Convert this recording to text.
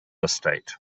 estate